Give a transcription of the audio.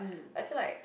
like I feel like